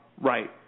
right